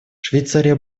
швейцария